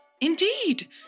Indeed